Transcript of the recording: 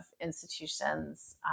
institutions